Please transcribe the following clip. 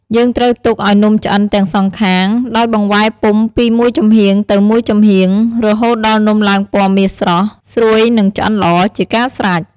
យើងត្រូវទុកឱ្យនំឆ្អិនទាំងសងខាង ដោយបង្វែរពុម្ពពីមួយចំហៀងទៅមួយចំហៀងរហូតដល់នំឡើងពណ៌មាសស្រស់ ស្រួយ និងឆ្អិនល្អ ជាការស្រេច។